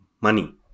money